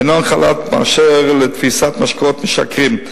אינן חלות בכל הקשור לתפיסת משקאות משכרים.